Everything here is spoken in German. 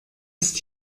ist